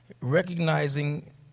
Recognizing